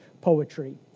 poetry